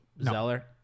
Zeller